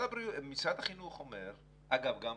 אגב, גם